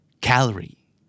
Calorie